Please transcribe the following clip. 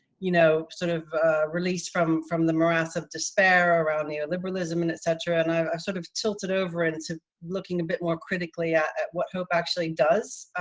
you know, sort of released from from the morass of despair around neoliberalism and etc. and i've sort of tilted over into looking a bit more critically at what hope actually does,